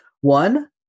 One